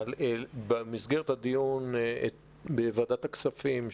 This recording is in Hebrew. במסגרת הדיון בוועדת הכספים,